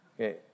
Okay